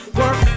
work